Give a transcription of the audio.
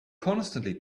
constantly